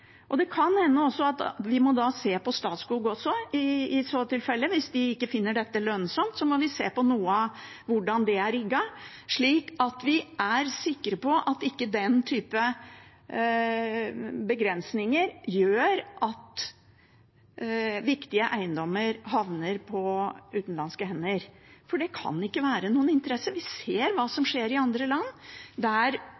Det kan hende vi da må se på Statskog også. Hvis de ikke finner dette lønnsomt, må vi se på hvordan det er rigget, slik at vi er sikre på at den typen begrensninger ikke gjør at viktige eiendommer havner på utenlandske hender. For det kan ikke være i noens interesse. Vi ser hva